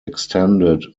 extended